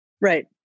Right